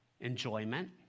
Enjoyment